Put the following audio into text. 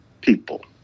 people